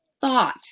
thought